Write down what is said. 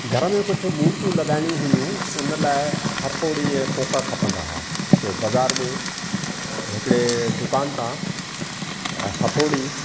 घर में कुझु मूर्तियूं लॻाइणियूं हुयूं उन लाइ हथोड़ी ऐं कोका खपंदा हुआ सो बाज़ार में हिकिड़े दुकान तां हथोड़ी